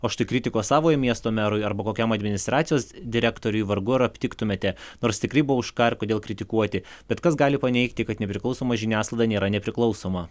o štai kritikos savojo miesto merui arba kokiam administracijos direktoriui vargu ar aptiktumėte nors tikrai buvo už ką ir kodėl kritikuoti bet kas gali paneigti kad nepriklausoma žiniasklaida nėra nepriklausoma